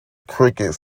cricket